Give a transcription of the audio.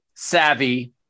Savvy